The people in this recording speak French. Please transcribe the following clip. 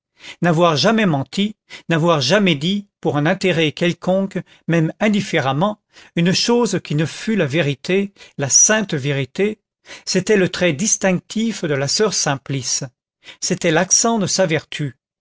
n'avoir jamais menti n'avoir jamais dit pour un intérêt quelconque même indifféremment une chose qui ne fût la vérité la sainte vérité c'était le trait distinctif de la soeur simplice c'était l'accent de sa vertu